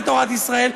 ותורת ישראל,